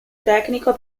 tecnico